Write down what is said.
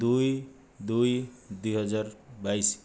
ଦୁଇ ଦୁଇ ଦୁଇ ହଜାର ବାଇଶ